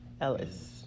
Ellis